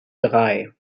drei